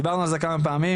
דיברנו על זה כמה פעמים,